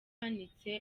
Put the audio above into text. ihanitse